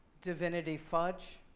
divinity fudge.